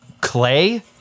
clay